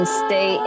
stay